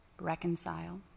reconcile